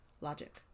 Logic